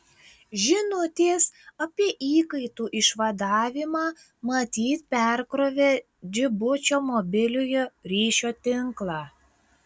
žinutės apie įkaitų išvadavimą matyt perkrovė džibučio mobiliojo ryšio tinklą